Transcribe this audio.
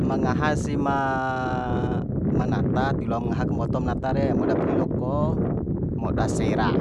Ma ngaha si ma ma nata tiloam ngaha kambotom nata re moda pili loko moda sera